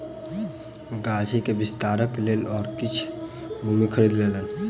गाछी के विस्तारक लेल ओ किछ भूमि खरीद लेलैन